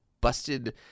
busted